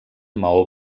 maó